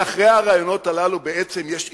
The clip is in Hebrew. מאחורי הרעיונות הללו, בעצם, יש אי-ביטחון,